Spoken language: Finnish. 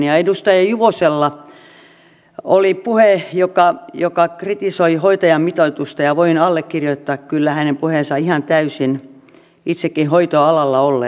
ja edustaja juvosella oli puhe joka kritisoi hoitajamitoitusta ja voin allekirjoittaa kyllä hänen puheensa ihan täysin itsekin hoitoalalla olleena